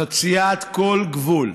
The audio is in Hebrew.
חציית כל גבול,